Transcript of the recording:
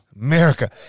America